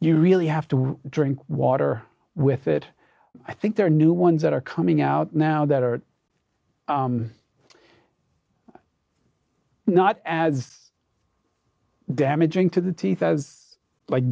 you really have to drink water with it i think there are new ones that are coming out now that are not as damaging to the teeth as